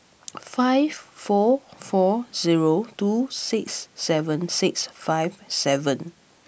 five four four zero two six seven six five seven